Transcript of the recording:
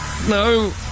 No